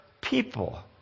people